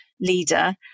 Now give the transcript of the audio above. leader